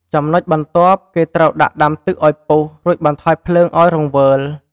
ចំណុចបន្ទាប់ គេត្រូវដាក់ដាំទឹកឱ្យពុះ រួចបន្ថយភ្លើងឱ្យរង្វើល។